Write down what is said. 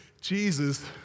Jesus